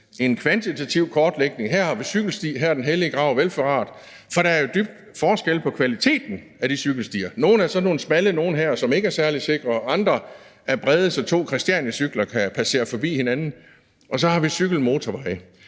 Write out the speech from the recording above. en kvantitativ kortlægning, hvor man siger, at her har vi cykelsti, så her er den hellige grav velforvaret, for der er jo stor forskel på kvaliteten af de cykelstier. Nogle er sådan nogle smalle nogen, som ikke er særlig sikre, og andre er brede, så to christianiacykler kan passere forbi hinanden, og så har vi cykelmotorveje.